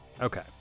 Okay